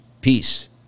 Peace